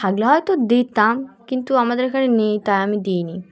থাকলে হয়তো দিতাম কিন্তু আমাদের এখানে নেই তাই আমি দিই নি